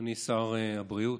אדוני שר הבריאות,